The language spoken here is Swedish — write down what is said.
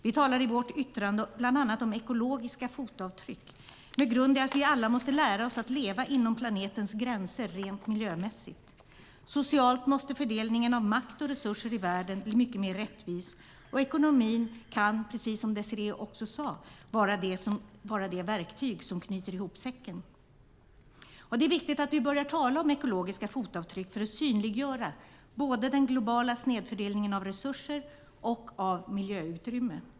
Vi talar i vårt yttrande bland annat om ekologiska fotavtryck med grund i att vi alla måste lära oss att leva inom planetens gränser rent miljömässigt. Socialt måste fördelningen av makt och resurser i världen bli mycket mer rättvis, och ekonomin kan, precis som Désirée också sade, vara det verktyg som knyter ihop säcken. Det är viktigt att vi börjar tala om ekologiska fotavtryck för att synliggöra den globala snedfördelningen av både resurser och miljöutrymme.